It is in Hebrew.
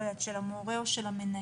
לא יודעת, של המורה או של המנהל,